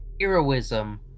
heroism